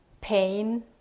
pain